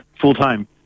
full-time